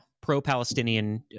pro-Palestinian